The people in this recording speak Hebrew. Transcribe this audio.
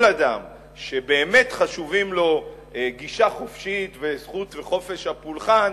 אני חושב שכל אדם שבאמת חשובים לו גישה חופשית וזכות וחופש הפולחן,